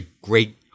great